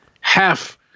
half